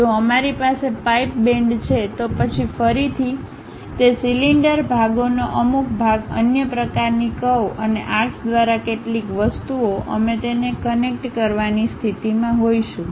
જો અમારી પાસે પાઇપ બેન્ડ છે તો પછી ફરીથી તે સિલિન્ડર ભાગોનો અમુક ભાગ અન્ય પ્રકારની કરવ અને આર્ક્સ દ્વારા કેટલીક વસ્તુઓ અમે તેને કનેક્ટ કરવાની સ્થિતિમાં હોઈશું